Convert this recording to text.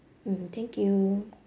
mm thank you